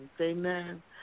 amen